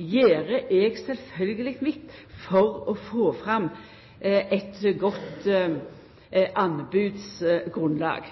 eg sjølvsagt mitt for å få fram eit godt anbodsgrunnlag.